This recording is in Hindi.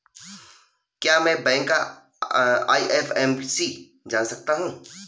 क्या मैं बैंक का आई.एफ.एम.सी जान सकता हूँ?